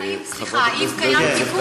סליחה, האם קיים פיקוח?